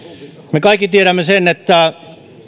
me kaikki tiedämme sen että